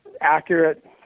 accurate